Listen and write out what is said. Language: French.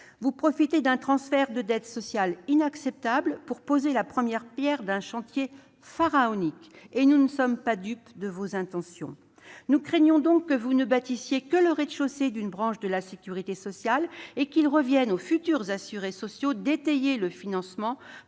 Vous profitez d'un transfert de dette sociale inacceptable pour poser la première pierre d'un chantier pharaonique. Nous ne sommes pas dupes de vos intentions. Nous craignons que vous ne bâtissiez que le rez-de-chaussée d'une branche de la sécurité sociale et qu'il revienne aux futurs assurés sociaux d'étayer le financement